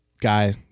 Guy